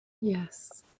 Yes